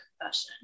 confession